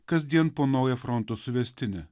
kasdien po naują fronto suvestinę